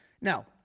Now